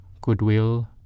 goodwill